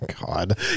God